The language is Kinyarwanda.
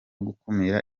gukumira